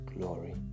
glory